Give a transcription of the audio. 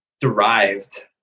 derived